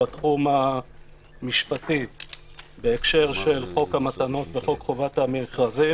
בתחום המשפטי בהקשר של חוק המתנות וחוק חובת המכרזים